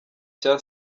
cya